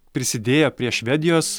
prisidėjo prie švedijos